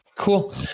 cool